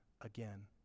again